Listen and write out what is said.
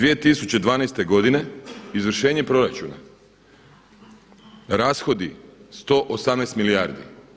2012. godine izvršenje proračuna, rashodi 118 milijardi.